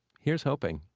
here's hoping.